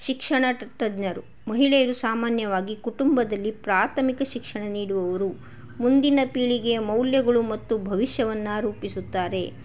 ಶಿಕ್ಷಣ ಟ ತಜ್ಞರು ಮಹಿಳೆಯರು ಸಾಮಾನ್ಯವಾಗಿ ಕುಟುಂಬದಲ್ಲಿ ಪ್ರಾಥಮಿಕ ಶಿಕ್ಷಣ ನೀಡುವವರು ಮುಂದಿನ ಪೀಳಿಗೆಯ ಮೌಲ್ಯಗಳು ಮತ್ತು ಭವಿಷ್ಯವನ್ನು ರೂಪಿಸುತ್ತಾರೆ